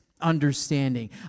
understanding